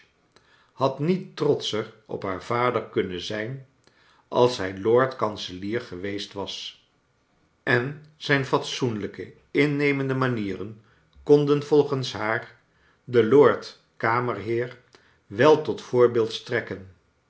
had niet trotscher op haar vader kunnen zijn als hij lord kanselier geweest was en zijn fatsoenlijke innemende manieren konden volgens haar den lord kamerheer wel tot voorbeeld strekken